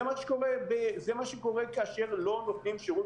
זה מה שקורה כאשר לא נותנים שירות